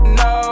no